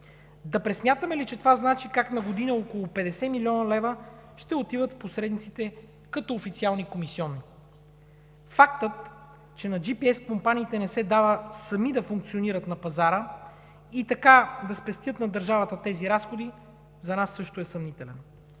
Да пресмятаме ли, че това значи как на година около 50 млн. лв. ще отиват в посредниците като официални комисиони? Фактът, че на GPS компаниите не се дава сами да функционират на пазара и така да спестят на държавата тези разходи, за нас също е съмнителен.